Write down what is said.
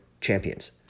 CHAMPIONS